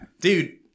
Dude